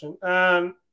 question